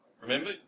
Remember